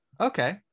Okay